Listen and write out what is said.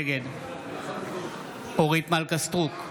נגד אורית מלכה סטרוק,